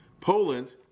Poland